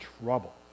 trouble